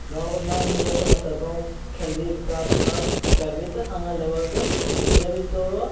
गामके नाम रोशन होतौ गाम खेलबही विकास उकास करबही तऽ आगाँ लेवलके जेभी तोहरा